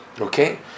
Okay